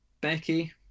becky